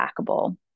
backable